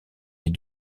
les